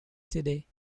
today